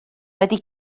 wedi